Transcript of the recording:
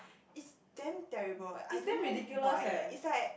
is damn terrible I don't know why eh is like